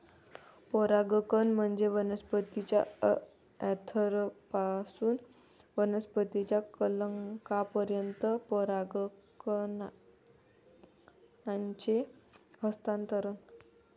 परागकण म्हणजे वनस्पतीच्या अँथरपासून वनस्पतीच्या कलंकापर्यंत परागकणांचे हस्तांतरण